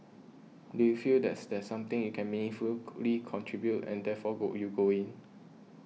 do you feel that there's something you can meaningful contribute and therefore go you go in